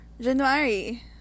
January